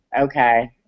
Okay